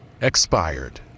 expired